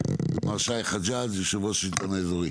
מר שי חג'ג', יושב-ראש השלטון האזורי.